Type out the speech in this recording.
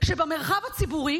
שבמרחב הציבורי